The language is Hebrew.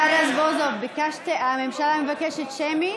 השר רזבוזוב, הממשלה מבקשת שמית?